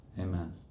Amen